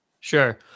Sure